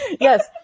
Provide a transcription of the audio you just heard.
Yes